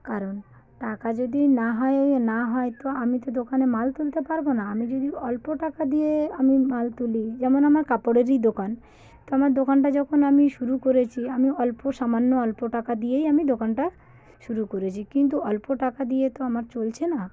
কারণ টাকা যদি না হয় না হয় তো আমি তো দোকানে মাল তুলতে পারব না আমি যদি অল্প টাকা দিয়ে আমি মাল তুলি যেমন আমার কাপড়েরই দোকান তো আমার দোকানটা যখন আমি শুরু করেছি আমি অল্প সামান্য অল্প টাকা দিয়েই আমি দোকানটা শুরু করেছি কিন্তু অল্প টাকা দিয়ে তো আমার চলছে না